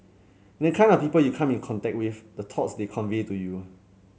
and the kind of people you come in contact with the thoughts they convey to you